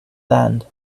land